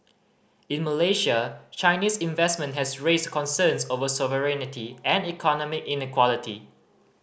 in Malaysia Chinese investment has raised concerns over sovereignty and economic inequality